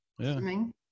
swimming